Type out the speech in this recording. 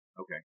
Okay